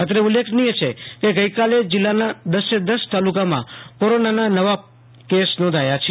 અત્રે ઉલ્લેખનીય છે કે ગઈકાલે જીલ્લાના દસેદસ તાલુકામાં કોરોનાના નવા કેસ નોંધાયા છે